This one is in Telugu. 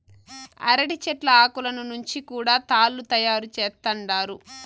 అరటి చెట్ల ఆకులను నుంచి కూడా తాళ్ళు తయారు చేత్తండారు